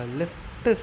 left